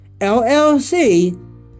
LLC